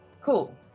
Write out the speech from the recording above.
Cool